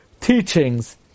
teachings